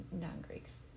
non-Greeks